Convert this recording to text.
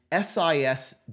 SIS